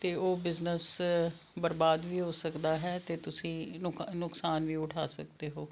ਤਾਂ ਉਹ ਬਿਜ਼ਨਸ ਬਰਬਾਦ ਵੀ ਹੋ ਸਕਦਾ ਹੈ ਅਤੇ ਤੁਸੀਂ ਨੁਕ ਨੁਕਸਾਨ ਵੀ ਉਠਾ ਸਕਦੇ ਹੋ